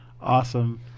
Awesome